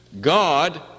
God